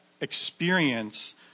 experience